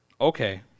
Okay